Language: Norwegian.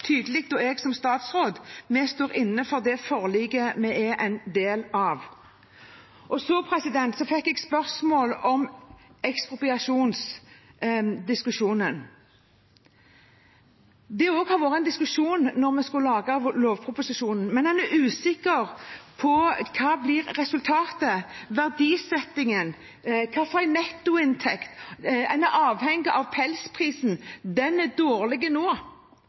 tydelig at vi står inne for det forliket vi er en del av. Så fikk jeg spørsmål om ekspropriasjonsdiskusjonen. Det var også en diskusjon da vi skulle lage lovproposisjonen, men en er usikker på hva som blir resultatet, verdisettingen, nettoinntekten. En er avhengig av pelsprisen. Den er dårlig nå.